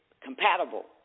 compatible